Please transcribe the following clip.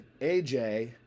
AJ